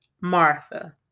Martha